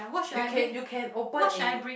you can you can open and